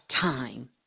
time